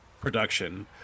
production